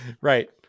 Right